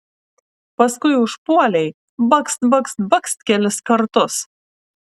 paskui užpuolei bakst bakst bakst kelis kartus